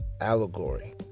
Allegory